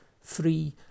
free